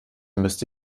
müsste